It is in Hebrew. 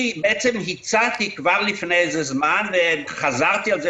אני הצעתי כבר לפני זמן מה, וחזרתי על זה